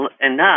enough